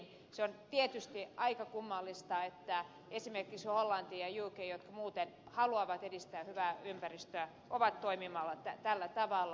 se on tietysti aika kummallista että esimerkiksi hollanti ja uk jotka muuten haluavat edistää hyvää ympäristöä ovat toimimassa tällä tavalla